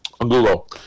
Google